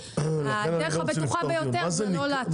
הדרך הבטוחה ביותר זה לא להטעות.